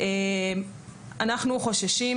אנחנו חוששים